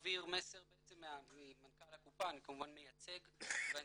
מעביר מסר ממנכ"ל הקופה, אני כמובן מייצג ואני